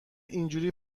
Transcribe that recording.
اینجوری